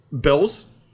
Bills